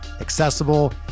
accessible